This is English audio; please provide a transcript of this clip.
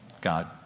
God